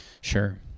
Sure